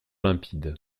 limpide